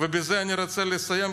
ובזה אני רוצה לסיים,